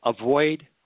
Avoid